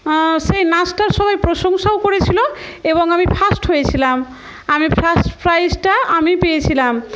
সেই নাচটার সবাই প্রশংসাও করেছিলো এবং আমি ফার্স্ট হয়েছিলাম আমি ফার্স্ট প্রাইজটা আমি পেয়েছিলাম